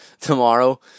tomorrow